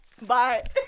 Bye